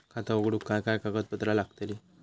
खाता उघडूक काय काय कागदपत्रा लागतली?